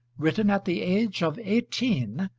written at the age of eighteen,